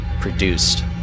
produced